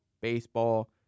baseball